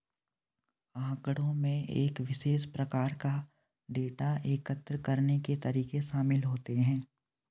आँकड़ों में एक विशेष प्रकार का डेटा एकत्र करने के तरीके शामिल होते हैं